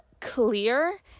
clear